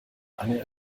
eine